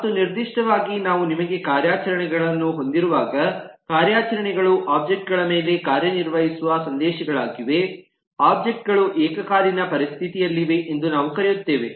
ಮತ್ತು ನಿರ್ದಿಷ್ಟವಾಗಿ ನಾವು ನಿಮಗೆ ಕಾರ್ಯಾಚರಣೆಗಳನ್ನು ಹೊಂದಿರುವಾಗ ಕಾರ್ಯಾಚರಣೆಗಳು ಒಬ್ಜೆಕ್ಟ್ ಗಳ ಮೇಲೆ ಕಾರ್ಯನಿರ್ವಹಿಸುವ ಸಂದೇಶಗಳಾಗಿವೆ ಒಬ್ಜೆಕ್ಟ್ ಗಳು ಏಕಕಾಲೀನ ಪರಿಸ್ಥಿತಿಯಲ್ಲಿವೆ ಎಂದು ನಾವು ಕರೆಯುತ್ತೇವೆ